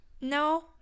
No